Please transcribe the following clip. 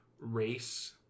race